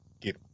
get